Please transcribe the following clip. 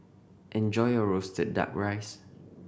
enjoy your roasted Duck Rice